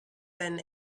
been